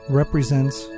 represents